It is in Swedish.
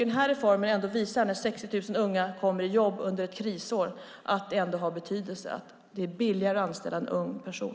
Den här reformen när 60 000 unga kommer i jobb under ett krisår visar ändå att det har betydelse att det är billigare att anställa en ung person.